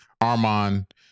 Armand